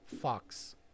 Fox